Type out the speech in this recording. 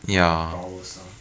like browser